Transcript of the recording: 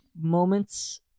Moments